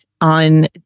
on